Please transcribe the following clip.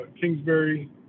Kingsbury